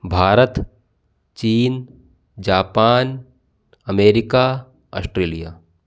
भारत चीन Japan America Australia